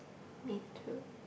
me too